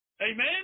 Amen